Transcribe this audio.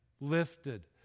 lifted